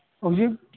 ꯍꯧꯖꯤꯛ